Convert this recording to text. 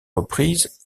reprises